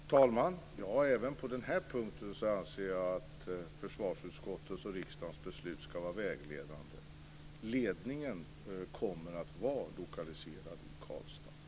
Fru talman! Även på den här punkten anser jag att försvarsutskottets och riksdagens beslut ska vara vägledande. Ledningen kommer att vara lokaliserad till Karlstad.